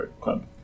club